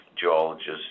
geologists